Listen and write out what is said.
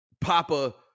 Papa